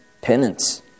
penance